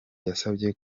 yasabye